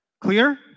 Clear